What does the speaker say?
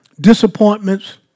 disappointments